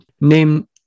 Name